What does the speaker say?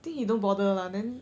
think he don't bother lah then